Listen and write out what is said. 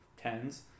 tens